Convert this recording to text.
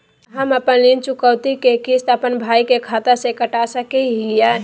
हम अपन ऋण चुकौती के किस्त, अपन भाई के खाता से कटा सकई हियई?